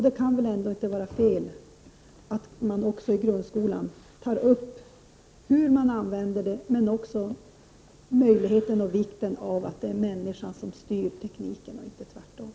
Det kan väl ändå inte vara fel att också i grundskolan ta upp både hur de används och vikten av att det är människorna som styr tekniken, inte tvärtom?